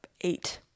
eight